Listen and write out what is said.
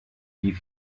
die